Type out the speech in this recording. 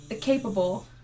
capable